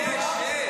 יש.